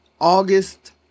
August